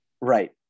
Right